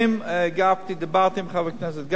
דיברתי עם חבר הכנסת גפני,